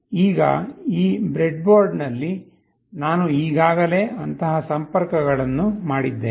ಈಗ ಈ ಬ್ರೆಡ್ಬೋರ್ಡ್ ನಲ್ಲಿ ನಾನು ಈಗಾಗಲೇ ಅಂತಹ ಸಂಪರ್ಕಗಳನ್ನು ಮಾಡಿದ್ದೇನೆ